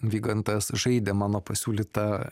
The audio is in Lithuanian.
vygantas žaidė mano pasiūlytą